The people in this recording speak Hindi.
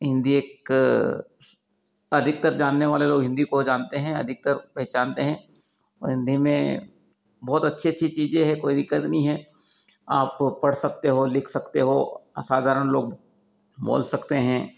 हिन्दी एक अधिकतर जानने वाले लोग हिन्दी को जानते हैं अधिकतर पहचानते हैं और हिन्दी में बहुत अच्छी अच्छी चीज़ें है कोई दिक्कत नहीं है आप पढ़ सकते हो लिख सकते हो साधारण लोग बोल सकते हैं